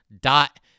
dot